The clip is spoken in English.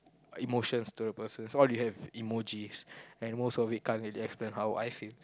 emotions to the person so what do you have emojis and most of it can't really explain how I feel